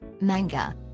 manga